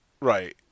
Right